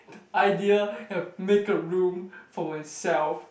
idea and make a room for myself